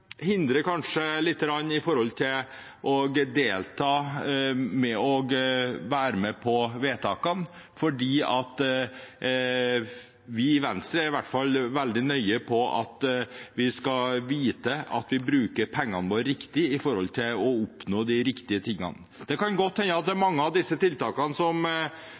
hindrer oss kanskje lite grann fra å være med på vedtakene, for vi i Venstre er i hvert fall veldig nøye på at vi skal vite at vi bruker pengene våre riktig med tanke på å oppnå de riktige tingene. Det kan godt hende at mange av disse tiltakene